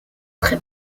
très